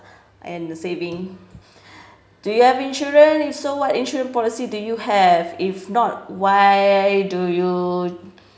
and the saving do you have insurance so what insurance policy do you have if not why do you